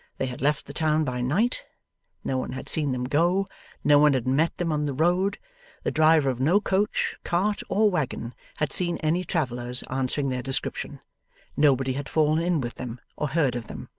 they had left the town by night no one had seen them go no one had met them on the road the driver of no coach, cart, or waggon, had seen any travellers answering their description nobody had fallen in with them, or heard of them.